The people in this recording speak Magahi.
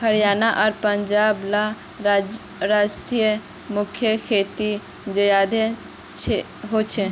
हरयाणा आर पंजाब ला राज्योत गेहूँर खेती ज्यादा होछे